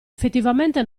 effettivamente